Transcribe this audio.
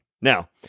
Now